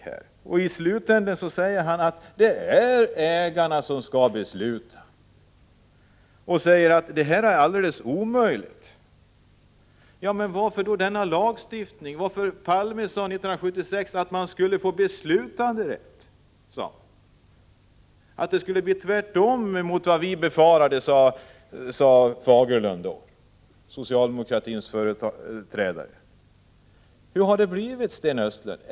Han säger att det i slutänden är ägarna som skall besluta, att något annat är alldeles omöjigt att tänka sig. Men varför då denna lagstiftning? Palme sade ju 1976 att de arbetande skulle få beslutanderätt, och Fagerlund, socialdemokratins företrädare, sade att det skulle bli motsatsen till vad vi befarade. Men hur har det blivit, Sten Östlund?